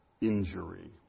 injury